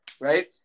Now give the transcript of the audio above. right